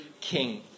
King